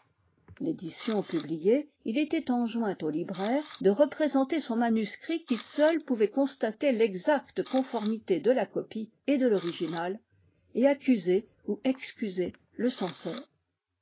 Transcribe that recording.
l'édition publiée il était enjoint au libraire de représenter son manuscrit qui seul pouvait constater l'exacte conformité de la copie et de l'original et accuser ou excuser le censeur